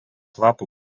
lapų